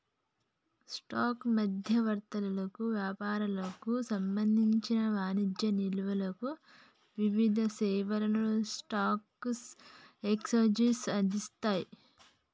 stock మధ్యవర్తులకు, వ్యాపారులకు సంబంధించిన వాణిజ్య నిల్వలకు వివిధ సేవలను స్టాక్ ఎక్స్చేంజ్లు అందిస్తయ్